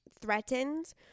threatened